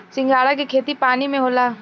सिंघाड़ा के खेती पानी में होला